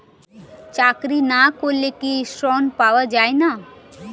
চাকরি না করলে কি ঋণ পাওয়া যায় না?